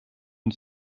une